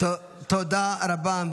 תודה רבה.